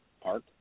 park